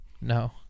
No